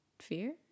Fear